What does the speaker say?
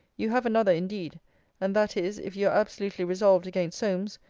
you have another, indeed and that is, if you are absolutely resolved against solmes,